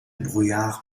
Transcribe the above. brouillard